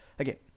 Okay